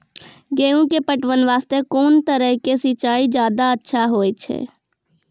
गेहूँ के पटवन वास्ते कोंन तरह के सिंचाई ज्यादा अच्छा होय छै?